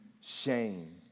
shame